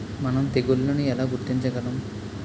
మనం తెగుళ్లను ఎలా గుర్తించగలం?